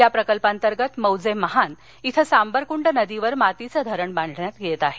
या प्रकल्पांतर्गत मौजे महान इथे सांबरकुंड नदीवर मातीचे धरण बांधण्यात येत आहे